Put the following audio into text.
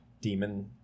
demon